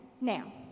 now